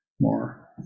more